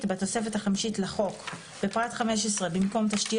ואת כל הסיווגים הביטחוניים לחוקרי הרשות.